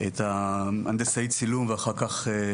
הנדסאי צילום, ואחר כך